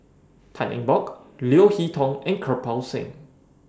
Tan Eng Bock Leo Hee Tong and Kirpal Singh